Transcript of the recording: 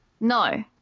No